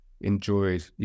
enjoyed